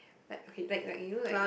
like okay like like you know like